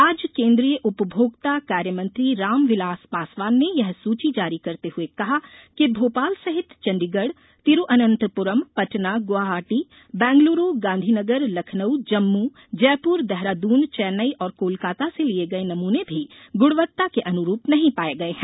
आज केन्द्रीय उपभोक्ता कार्यमंत्री रामविलास पासवान ने यह सूची जारी करते हुए कहा कि भोपाल सहित चंडीगढ़ तिरूअनंतपुरम पटना गुआहाटी बेंगलूरू गांधीनगर लखनऊ जम्मू जयपुर देहरादून चेन्नई और कोलकाता से लिये गये नमूने भी गुणवत्ता के अनुरूप नहीं पाये गये हैं